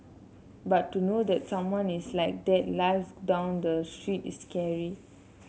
but to know that someone is like that lives down the street is scary